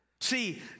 See